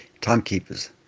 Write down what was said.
Timekeepers